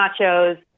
nachos